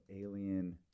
Alien